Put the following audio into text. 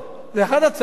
ואחת ההצעות,